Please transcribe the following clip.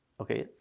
okay